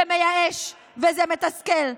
זה מייאש וזה מתסכל.